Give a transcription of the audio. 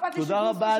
תודה רבה.